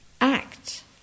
act